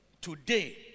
today